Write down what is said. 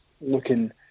looking